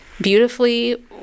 beautifully